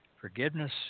forgiveness